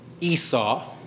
Esau